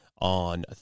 on